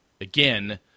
again